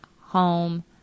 home